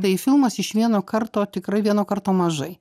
tai filmas iš vieno karto tikrai vieno karto mažai